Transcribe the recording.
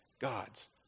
God's